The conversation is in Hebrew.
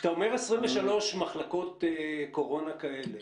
כשאתה אומר 23 מחלקות קורונה כאלה,